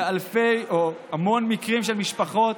ויש אלפי או המון מקרים של משפחות